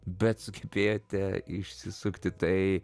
bet sugebėjote išsisukti tai